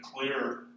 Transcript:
clear